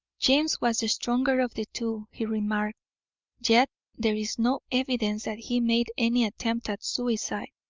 james was the stronger of the two, he remarked yet there is no evidence that he made any attempt at suicide.